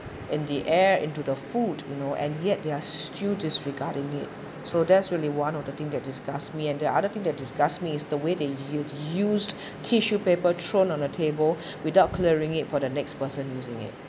in the air into the food you know and yet they are still disregarding it so that's really one of the thing that disgust me and the other thing that disgust me is the way that they u~ used tissue paper thrown on a table without clearing it for the next person using it